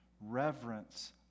Reverence